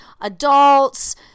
adults